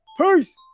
Peace